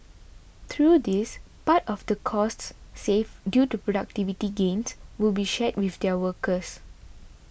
through this part of the costs saved due to productivity gains will be shared with their workers